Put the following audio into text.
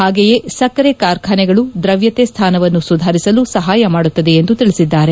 ಹಾಗೆಯೇ ಸಕ್ಕರೆ ಕಾರ್ಖಾನೆಗಳು ದ್ರವ್ಯತೆ ಸ್ಥಾನವನ್ನು ಸುಧಾರಿಸಲು ಸಹಾಯ ಮಾಡುತ್ತದೆ ಎಂದು ತಿಳಿಸಿದ್ದಾರೆ